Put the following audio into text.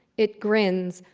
it grins.